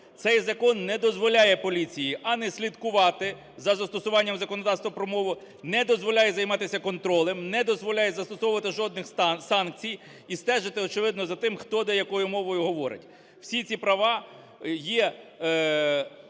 Цей закон не дозволяє поліції ані слідкувати за застосуванням законодавства про мову, не дозволяє займатися контролем, не дозволяє застосовувати жодних санкцій і стежити, очевидно, за тим хто де якою мовою говорить. Всі ці права є